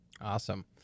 Awesome